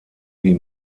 wie